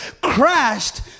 crashed